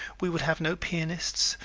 we would have no pianists,